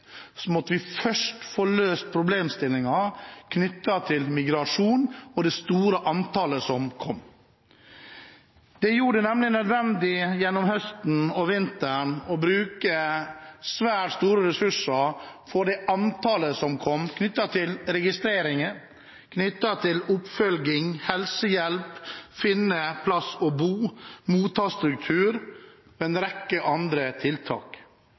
måtte vi først få løst problemstillingen knyttet til migrasjon og det store antallet som kom. Det gjorde det nemlig nødvendig gjennom høsten og vinteren å bruke svært store ressurser på det antallet som kom, knyttet til registrering, oppfølging, helsehjelp, å finne plass å bo, mottaksstruktur og en rekke andre tiltak.